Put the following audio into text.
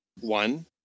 One